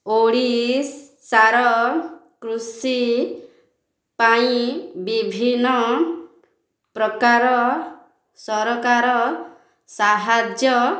ଓଡ଼ିଶାର କୃଷି ପାଇଁ ବିଭିନ୍ନ ପ୍ରକାର ସରକାର ସାହାଯ୍ୟ